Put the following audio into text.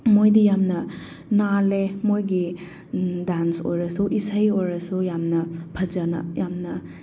ꯃꯣꯏꯗꯤ ꯌꯥꯝꯅ ꯅꯥꯟꯂꯦ ꯃꯣꯏꯒꯤ ꯗꯥꯟꯁ ꯑꯣꯏꯔꯁꯨ ꯏꯁꯩ ꯑꯣꯏꯔꯁꯨ ꯌꯥꯝꯅ ꯐꯖꯅ ꯌꯥꯝꯅ